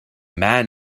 man